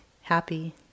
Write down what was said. happy